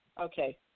Okay